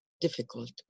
difficult